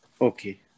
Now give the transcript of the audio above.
Okay